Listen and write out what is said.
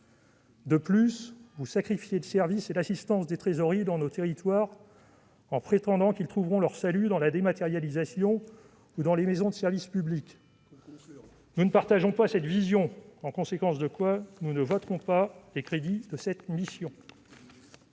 De plus, vous sacrifiez le service et l'assistance des trésoreries dans nos territoires, en prétendant qu'ils trouveront leur salut dans la dématérialisation ou dans les maisons France Services. Nous ne partageons pas cette vision. En conséquence, nous ne voterons pas les crédits de cette mission.